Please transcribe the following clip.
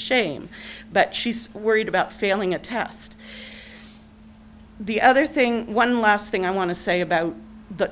shame but she's worried about failing a test the other thing one last thing i want to say about